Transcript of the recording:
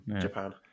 Japan